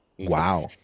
wow